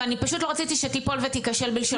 ואני פשוט לא רציתי שתיפול ותיכשל בלשונך.